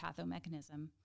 pathomechanism